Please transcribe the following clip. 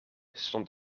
stond